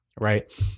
Right